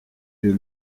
their